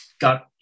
got